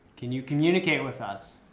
can you communicate with us?